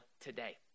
today